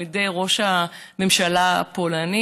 על ידי ראש הממשלה הפולני,